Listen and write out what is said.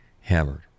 hammered